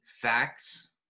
facts